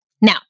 Now